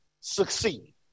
succeed